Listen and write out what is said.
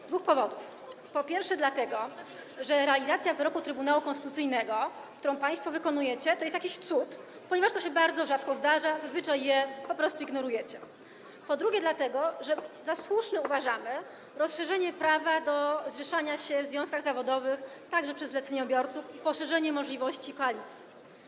z dwóch powodów: po pierwsze, dlatego że realizacja wyroku Trybunału Konstytucyjnego, którą państwo prowadzicie, to jest jakiś cud, ponieważ to się bardzo rzadko zdarza, zazwyczaj je po prostu ignorujecie; po drugie, dlatego że za słuszne uważamy rozszerzenie prawa do zrzeszania się w związkach zawodowych także na zleceniobiorców i poszerzenie możliwości dotyczących koalicji.